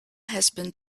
husband